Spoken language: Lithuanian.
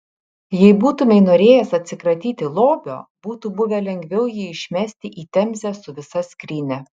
jei būtumei norėjęs atsikratyti lobio būtų buvę lengviau jį išmesti į temzę su visa skrynia